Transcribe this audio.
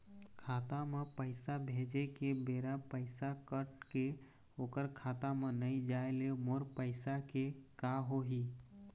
खाता म पैसा भेजे के बेरा पैसा कट के ओकर खाता म नई जाय ले मोर पैसा के का होही?